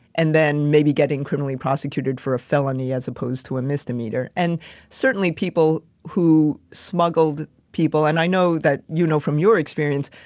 and then maybe getting criminally prosecuted for a felony as opposed to a misdemeanor. and certainly people who smuggled people, and i know that, you know, from your experience,